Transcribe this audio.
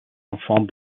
enfants